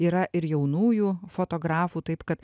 yra ir jaunųjų fotografų taip kad